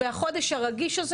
החודש הרגיש הזה,